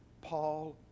Paul